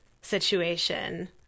situation